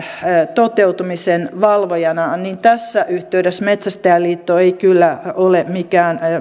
toteutumisen valvojana niin tässä yhteydessä metsästäjäliitto ei kyllä ole mikään